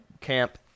camp